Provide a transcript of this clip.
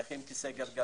נכה עם כיסא גלגלים.